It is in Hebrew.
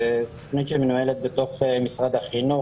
זו תוכנית שמנוהלת בתוך משרד החינוך.